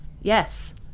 yes